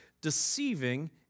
deceiving